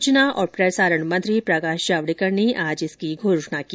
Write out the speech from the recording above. सूचना और प्रसारण मंत्री प्रकाश जावडेकर ने आज इसकी घोषणा की